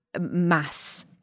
mass